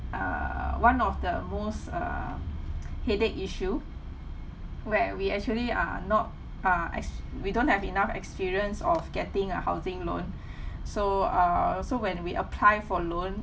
one of the most err headache issue where we actually are not uh ex~ we don't have enough experience of getting a housing loan so err so when we apply for loan